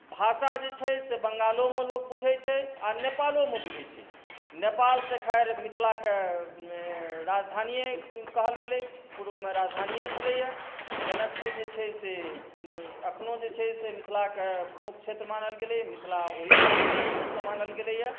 भाषा जे छै से बंगालोमे लोक बुझैत छै आ नेपालोमे बुझैत छै नेपाल तऽ खैर मिथिलाके राजधानिए कहल गेलै पूर्वमे राजधानिए छलैए जनकपुर जे छै से एखनहु जे छै से मिथिलाके प्रमुख क्षेत्र मानल गेलै मिथिला ओहिठाम मुख्य रूपसँ मानल गेलैए